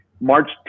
March